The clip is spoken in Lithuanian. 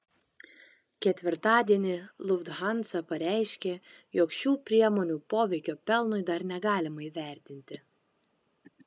ketvirtadienį lufthansa pareiškė jog šių priemonių poveikio pelnui dar negalima įvertinti